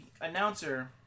announcer